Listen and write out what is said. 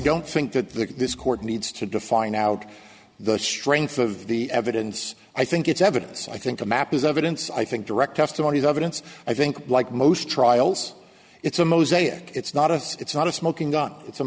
don't think that this court needs to define out the strength of the evidence i think it's evidence i think the map is evidence i think direct testimony is evidence i think like most trials it's a mosaic it's not us it's not a smoking gun